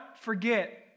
forget